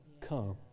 come